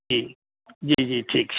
जी जी जी ठीक छै